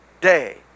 day